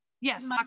Yes